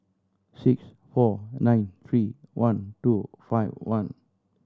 six four nine three one two five one